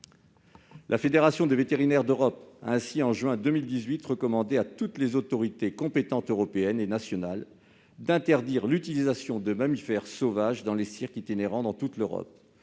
la Fédération des vétérinaires d'Europe a ainsi recommandé à toutes les autorités compétentes, européennes et nationales, d'interdire l'utilisation de mammifères sauvages dans les cirques itinérants dans toute l'Europe,